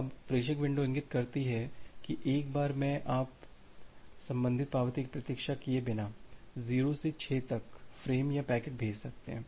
अब प्रेषक विंडो इंगित करती है कि एक बार में आप संबंधित पावती की प्रतीक्षा किए बिना 0 से 6 तक फ्रेम या पैकेट भेज सकते हैं